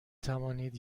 توانید